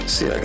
See